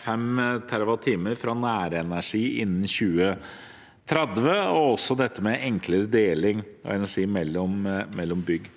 5 TWh fra nærenergi innen 2030, i tillegg til dette med enklere deling av energi mellom bygg.